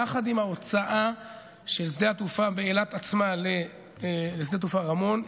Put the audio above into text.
יחד עם ההוצאה של שדה התעופה מאילת עצמה לשדה התעופה רמון,